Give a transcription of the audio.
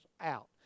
out